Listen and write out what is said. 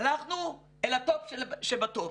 הלכנו אל הטופ שבטופ